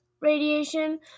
radiation